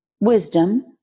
wisdom